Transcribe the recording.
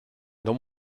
dans